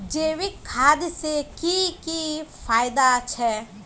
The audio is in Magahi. जैविक खाद से की की फायदा छे?